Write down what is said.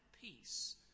peace